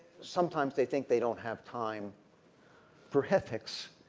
sometimes they think they don't have time for ethics.